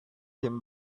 him